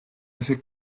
ese